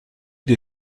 des